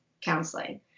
counseling